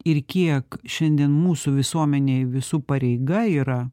ir kiek šiandien mūsų visuomenėj visų pareiga yra